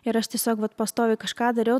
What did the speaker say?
ir aš tiesiog vat pastoviai kažką dariau